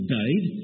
died